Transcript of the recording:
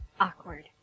Awkward